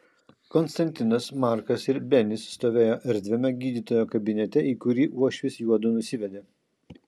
konstantinas markas ir benis stovėjo erdviame gydytojo kabinete į kurį uošvis juodu nusivedė